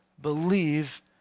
believe